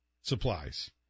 supplies